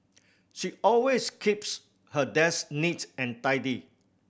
she always keeps her desk neat's and tidy